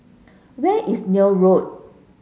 where is Neil Road